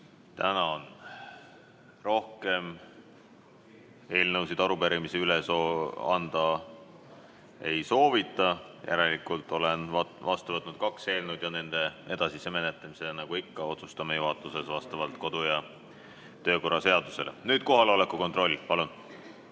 Tänan! Rohkem eelnõusid ja arupärimisi üle anda ei soovita, järelikult olen vastu võtnud kaks eelnõu. Nende edasise menetlemise, nagu ikka, otsustame juhatuses vastavalt kodu- ja töökorra seadusele. Nüüd kohaloleku kontroll, palun!